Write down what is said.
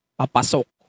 papasok